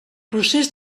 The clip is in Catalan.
procés